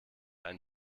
einen